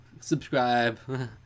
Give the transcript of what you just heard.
Subscribe